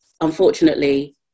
Unfortunately